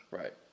right